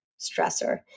stressor